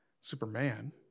Superman